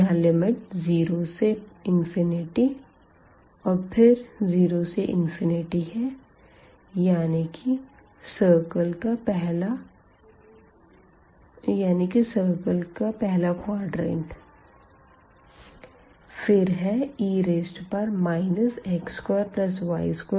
यहाँ लिमिट 0 से और फिर 0 से है यानी कि सिरकल का पहला क्वाड्रंट फिर है e x2y2dxdy